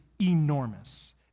enormous